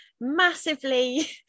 massively